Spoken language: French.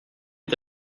est